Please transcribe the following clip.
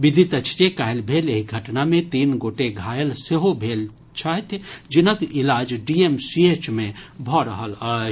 विदित अछि जे काल्हि भेल एहि घटना मे तीन गोटे घायल सेहो भऽ गेल छथि जिनक इलाज डीएमसीएच मे भऽ रहल अछि